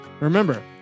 Remember